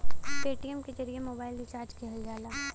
Paytm के जरिए mobile recharge किहल जाला